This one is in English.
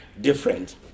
different